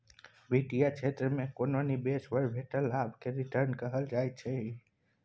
बित्तीय क्षेत्र मे कोनो निबेश पर भेटल लाभ केँ रिटर्न कहल जाइ छै